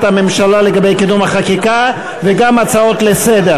הממשלה לגבי קידום החקיקה וגם הצעות לסדר.